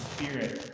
Spirit